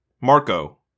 Marco